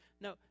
no